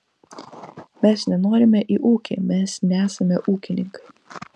mes nenorime į ūkį mes nesame ūkininkai